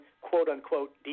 quote-unquote